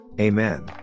Amen